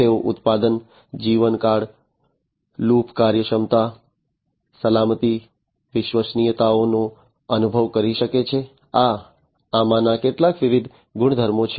તેઓ ઉત્પાદનના જીવનકાળ લૂપ કાર્યક્ષમતા સલામતી વિશ્વસનીયતાનો અનુભવ કરી શકે છે આ આમાંના કેટલાક વિવિધ ગુણધર્મો છે